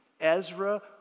Ezra